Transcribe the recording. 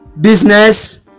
business